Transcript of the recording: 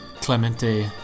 Clemente